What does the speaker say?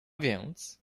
więc